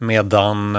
Medan